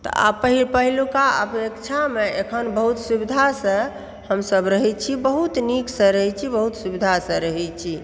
तऽ आब पहिलुका अपेक्षामे एखन बहुत सुविधा सऽ हमसब रहै छी बहुत नीक सऽ रहै छी बहुत सुविधा सऽ रहै छी